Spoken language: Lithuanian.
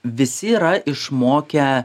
visi yra išmokę